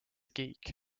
geek